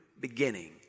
beginning